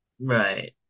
Right